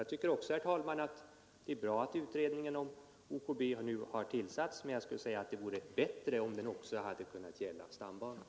Jag tycker också, herr talman, att det är bra att utredningen om OKB nu har tillsatts, men det hade varit bättre om den också hade kunnat gälla stambanan.